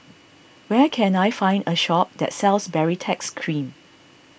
where can I find a shop that sells Baritex Cream